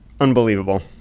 unbelievable